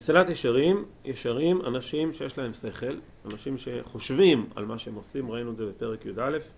מסילת ישרים, ישרים, אנשים שיש להם שכל, אנשים שחושבים על מה שהם עושים, ראינו את זה בפרק י"א,